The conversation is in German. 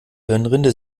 hirnrinde